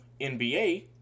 NBA